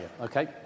okay